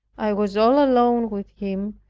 i was all alone with him,